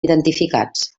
identificats